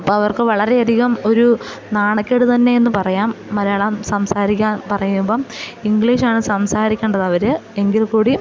അപ്പം അവർക്ക് വളരെയധികം ഒരു നാണക്കേട് തന്നെയെന്നു പറയാം മലയാളം സംസാരിക്കാൻ പറയുമ്പം ഇംഗ്ലീഷാണ് സംസാരിക്കേണ്ടതവർ എങ്കിൽ കൂടിയും